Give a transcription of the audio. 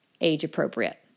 age-appropriate